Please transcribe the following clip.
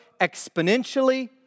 exponentially